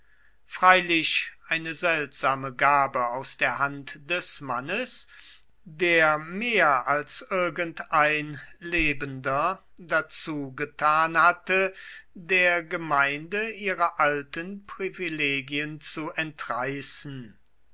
freilich eine seltsame gabe aus der hand des mannes der mehr als irgend ein lebender dazu getan hatte der gemeinde ihre alten privilegien zu entreißen